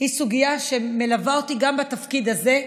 היא סוגיה שמלווה אותי גם בתפקיד הזה,